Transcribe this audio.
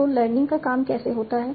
तो लर्निंग का काम कैसे होता है